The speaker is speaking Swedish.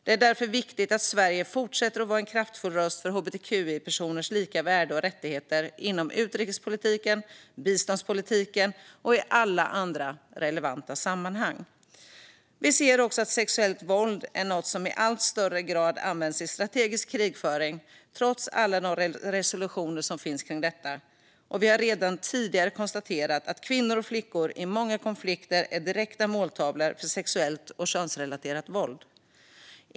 Det är därför viktigt att Sverige fortsätter att vara en kraftfull röst för hbtqi-personers lika värde och rättigheter inom utrikespolitiken och biståndspolitiken och i alla andra relevanta sammanhang. Vi ser också att sexuellt våld används i allt högre grad i strategisk krigföring, trots alla resolutioner som finns kring detta. Vi har redan tidigare konstaterat att kvinnor och flickor i många konflikter är direkta måltavlor för sexuellt och könsrelaterat våld.